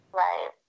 right